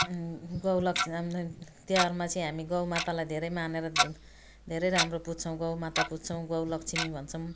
गौलक्ष् तिहारमा चाहिँ हामी गौमातालाई धेरै मानेर धेरै राम्रो पूज्छौँ गौमाता पूज्छौँ गौलक्ष्मी भन्छौँ